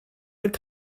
would